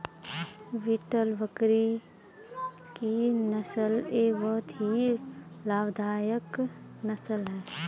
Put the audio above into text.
beetle बकरी की नस्ल एक बहुत ही लाभदायक नस्ल है